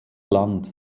land